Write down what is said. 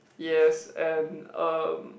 yes and um